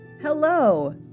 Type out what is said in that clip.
Hello